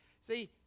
See